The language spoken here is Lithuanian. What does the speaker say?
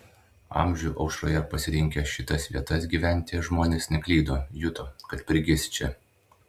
amžių aušroje pasirinkę šitas vietas gyventi žmonės neklydo juto kad prigis čia